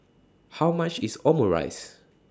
How much IS Omurice